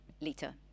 later